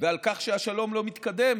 ועל כך שהשלום לא מתקדם.